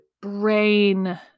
brain